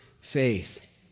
faith